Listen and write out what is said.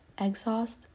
exhaust